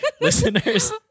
listeners